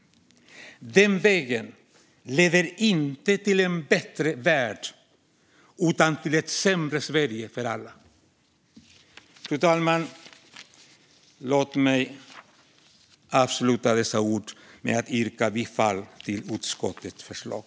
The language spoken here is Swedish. Den vägen leder inte till en bättre värld utan till ett sämre Sverige för alla. Fru talman! Låt mig avsluta detta anförande genom att yrka bifall till utskottets förslag.